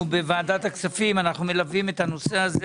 אנחנו בוועדת הכספים מלווים את הנושא הזה